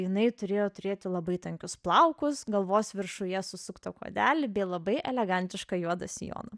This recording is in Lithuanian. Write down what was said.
jinai turėjo turėti labai tankius plaukus galvos viršuje susuktą kuodelį bei labai elegantišką juodą sijoną